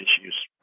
issues